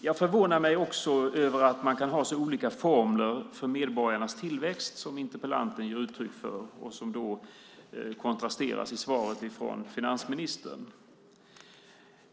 Jag förvånar mig också över att man kan ha så olika formler för medborgarnas tillväxt som den interpellanten ger uttryck för och den som kontrasteras i svaret från finansministern.